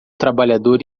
trabalhador